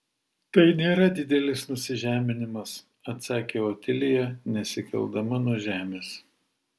tai nėra didelis nusižeminimas atsakė otilija nesikeldama nuo žemės